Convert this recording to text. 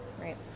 right